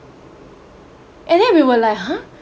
and then we were like !huh!